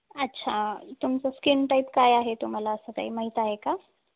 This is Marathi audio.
अच्छा तुमचं स्किन टाईप काय आहे तुम्हाला असं काही माहीत आहे का